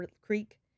creek